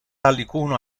alicuno